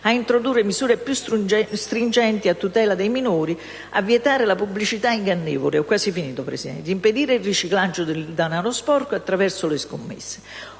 ad introdurre misure più stringenti a tutela dei minori, a vietare la pubblicità ingannevole e ad impedire il riciclaggio del denaro sporco attraverso le scommesse.